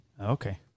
Okay